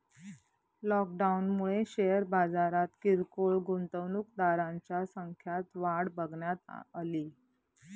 लॉकडाऊनमुळे शेअर बाजारात किरकोळ गुंतवणूकदारांच्या संख्यात वाढ बघण्यात अली